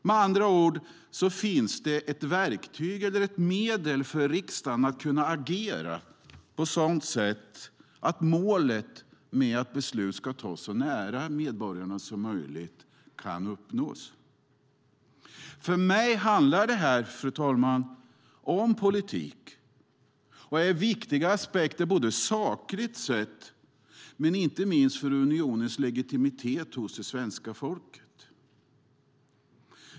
Med andra ord finns det ett verktyg eller ett medel för riksdagen att agera på så sätt att målet med att beslut ska tas så nära medborgarna som möjligt kan uppnås. För mig handlar det här, fru talman, om politik och är viktiga aspekter både sakligt sett och för unionens legitimitet hos det svenska folket.